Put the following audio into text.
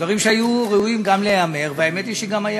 דברים שהיו ראויים גם להיאמר, והאמת היא שגם היה